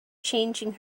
changing